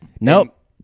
Nope